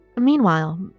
meanwhile